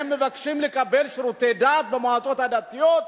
מבקשים לקבל שירותי דת במועצות הדתיות,